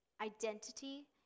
Identity